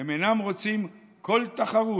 הם אינם רוצים כל תחרות.